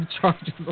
charges